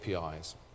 APIs